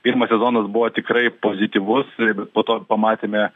pirmas sezonas buvo tikrai pozityvus ir po to pamatėme